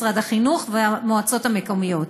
משרד החינוך והמועצות המקצועיות.